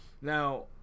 Now